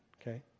okay